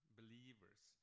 believers